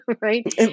Right